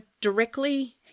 directly